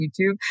YouTube